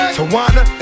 Tawana